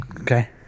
Okay